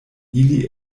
ili